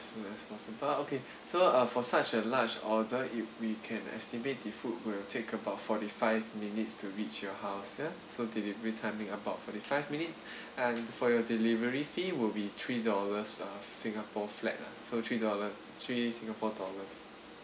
as soon as possible okay so uh for such a large order it we can estimate the food will take about forty five minutes to reach your house ya so delivery timing about forty five minutes and for your delivery fee will be three dollars singapore flat lah so three dollar three singapore dollars